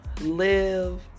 live